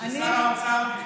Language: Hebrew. ששר האוצר,